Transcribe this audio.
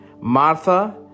Martha